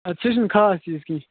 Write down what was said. اَدٕ سُہ چھُنہٕ خاص تیٖژ کیٚنٛہہ